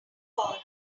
call